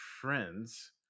friends